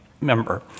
member